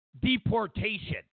deportation